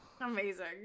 Amazing